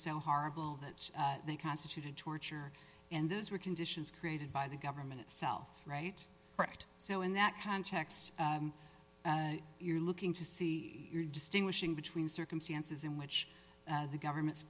so horrible that they constituted torture and those were conditions created by the government itself right correct so in that context you're looking to see you're distinguishing between circumstances in which the government